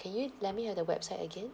can you lend me uh the website again